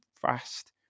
fast